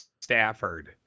Stafford